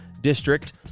district